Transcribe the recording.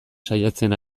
saiatzen